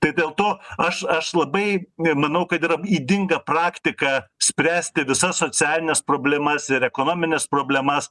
tai dėl to aš aš labai manau kad yra ydinga praktika spręsti visas socialines problemas ir ekonomines problemas